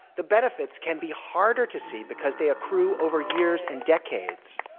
the benefits can be harder to see because they accrue over years and decades.